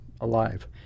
alive